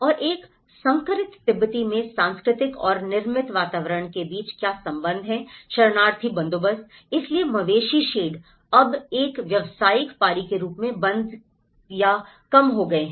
और एक संकरित तिब्बती में सांस्कृतिक और निर्मित वातावरण के बीच क्या संबंध है शरणार्थी बंदोबस्त इसलिए मवेशी शेड अब एक व्यावसायिक पारी के रूप में बंद या कम हो गए हैं